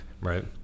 Right